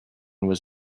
was